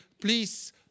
please